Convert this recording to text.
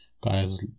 guys